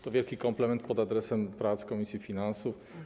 To wielki komplement pod adresem prac komisji finansów.